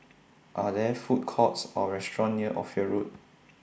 Are There Food Courts Or restaurants near Ophir Road